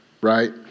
Right